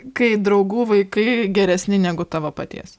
kai draugų vaikai geresni negu tavo paties